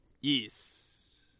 yes